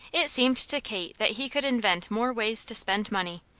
it seemed to kate that he could invent more ways to spend money,